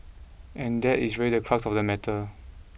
and that is really the crux of the matter